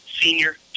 senior